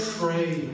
pray